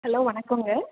hello வணக்கங்க